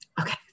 Okay